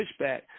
pushback